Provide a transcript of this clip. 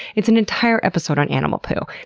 it's an entire episode on animal poo,